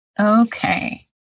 Okay